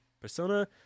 persona